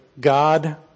God